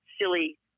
silly